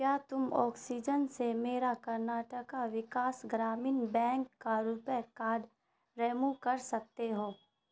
کیا تم اوکسیزن سے میرا کرناٹکا وکاس گرامین بینک کا روپے کارٹ ریمو کر سکتے ہو